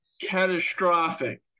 catastrophic